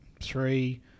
three